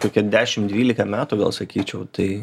kokie dešim dvylika metų gal sakyčiau tai